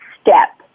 step